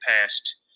past